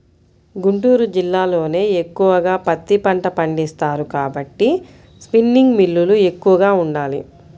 గుంటూరు జిల్లాలోనే ఎక్కువగా పత్తి పంట పండిస్తారు కాబట్టి స్పిన్నింగ్ మిల్లులు ఎక్కువగా ఉండాలి